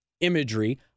imagery